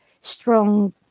strong